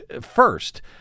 first